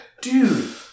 dude